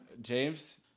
James